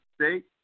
State